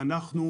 ואנחנו,